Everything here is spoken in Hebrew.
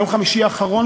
ביום חמישי האחרון,